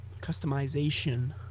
customization